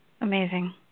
amazing